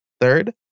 third